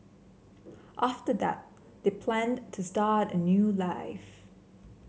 after that they planned to start a new life